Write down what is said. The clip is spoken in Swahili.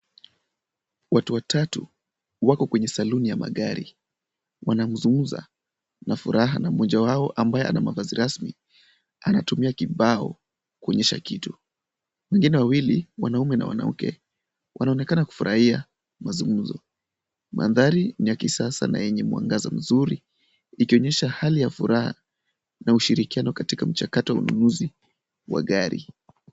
Watu watatu wako kwenye saloon ya magari. Wanazungumza kwa furaha na mmoja wao ambaye ana mavazi rasmi anatumia kibao kuonyesha kitu. Wengine wawili mwanaume na mwanamke wanaonekana kufurahia mazungumzo. Mandhari ni ya kisasa na yenye mwangaza mzuri ikionyesha hali ya furaha na ushirikiano katika mchakato wa ununzi wa magari.